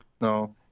no